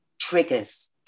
triggers